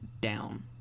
down